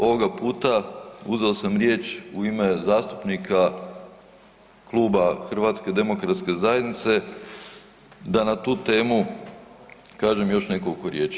Ovoga puta uzeo sam riječ u ime zastupnika kluba HDZ-a da na tu temu kažem još nekoliko riječi.